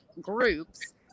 groups